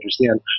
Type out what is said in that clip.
understand